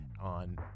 on